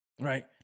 right